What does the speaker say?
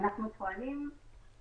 אנחנו מתנהלים כרגיל.